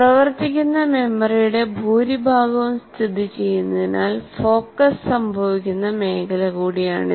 പ്രവർത്തിക്കുന്ന മെമ്മറിയുടെ ഭൂരിഭാഗവും സ്ഥിതിചെയ്യുന്നതിനാൽ ഫോക്കസ് സംഭവിക്കുന്ന മേഖല കൂടിയാണിത്